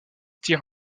tire